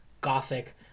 Gothic